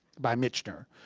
by michener.